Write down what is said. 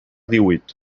díhuit